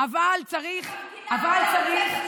אבל צריך,